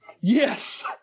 Yes